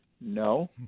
No